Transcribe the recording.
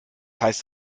heißt